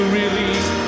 release